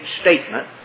statement